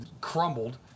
crumbled